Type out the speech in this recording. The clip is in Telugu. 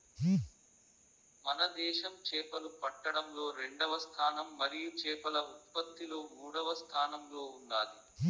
మన దేశం చేపలు పట్టడంలో రెండవ స్థానం మరియు చేపల ఉత్పత్తిలో మూడవ స్థానంలో ఉన్నాది